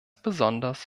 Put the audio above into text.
besonders